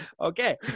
Okay